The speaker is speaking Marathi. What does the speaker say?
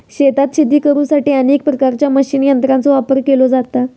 शेतात शेती करुसाठी अनेक प्रकारच्या मशीन यंत्रांचो वापर केलो जाता